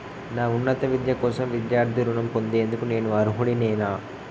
నా ఉన్నత విద్య కోసం విద్యార్థి రుణం పొందేందుకు నేను అర్హుడినేనా?